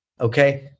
Okay